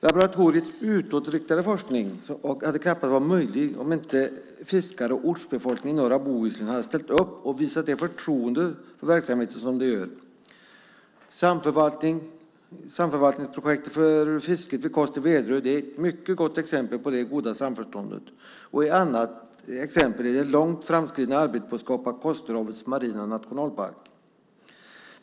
Laboratoriets utåtriktade forskning hade knappast varit möjlig om inte fiskare och ortsbefolkning i norra Bohuslän hade ställt upp och visat det förtroende för verksamheten som de gjort. Samförvaltningsprojektet för fisket vid Koster-Väderö är ett mycket gott exempel på det goda samförståndet. Ett annat exempel är det långt framskridna arbetet med att skapa Kosterhavets marina nationalpark.